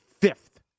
fifth